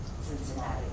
Cincinnati